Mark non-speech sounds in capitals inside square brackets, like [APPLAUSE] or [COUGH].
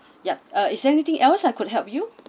[BREATH] yup uh is anything else I could help you